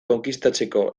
konkistatzeko